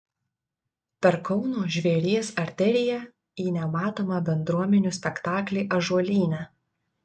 per kauno žvėries arteriją į nematomą bendruomenių spektaklį ąžuolyne